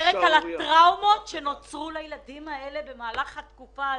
אני כבר לא מדברת על הטראומות שנוצרו לילדים האלה במהלך התקופה הזאת.